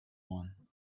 one